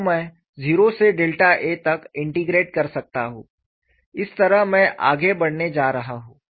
तो मैं 0 से Δa तक इंटेग्रेट कर सकता हु इस तरह मैं आगे बढ़ने जा रहा हूं